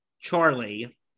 Charlie